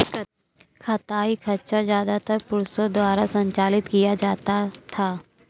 कताई खच्चर ज्यादातर पुरुषों द्वारा संचालित किया जाता था